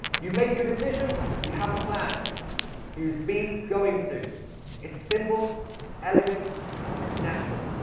you make your decision, you have a plan use be going to it's simple it's elegant and its natural